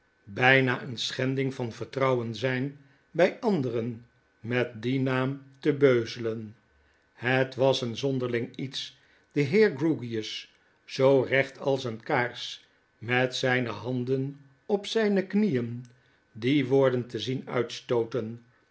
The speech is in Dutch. byna een schending van vertrouwen zijn by anderen met dien naam te beuzelen het was een zonderling iets den heer grewgious zoo recht als eene kaars met zyne handen op zyne knieen die woorden te zien uitstooten